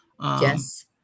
yes